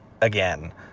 again